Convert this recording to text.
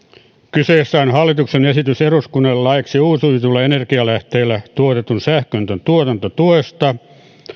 kyseessä on hallituksen esitys eduskunnalle laiksi uusiutuvilla energialähteillä tuotetun sähkön tuotantotuesta